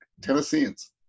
Tennesseans